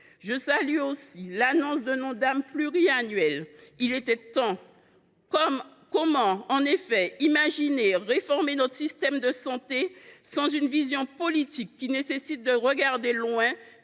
Je salue aussi l’annonce d’un Ondam pluriannuel – il était temps ! Comment, en effet, réformer notre système de santé sans vision politique, qui impose de regarder loin